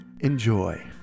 enjoy